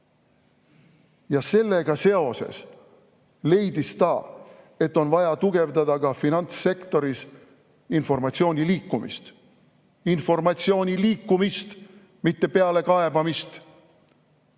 Sellega seoses leidis ta, et on vaja tugevdada ka finantssektoris informatsiooni liikumist. Informatsiooni liikumist, mitte pealekaebamist.